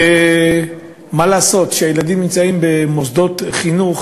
ומה לעשות, כשילדים נמצאים במוסדות חינוך